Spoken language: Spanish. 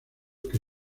que